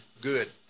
good